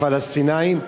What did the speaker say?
הפלסטינים,